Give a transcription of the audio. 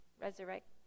resurrect